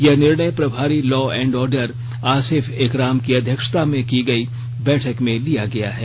यह निर्णय प्रभारी law and order Asif Ikram की अध्यक्षता में की गई बैठक में लिया गया है